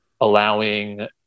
allowing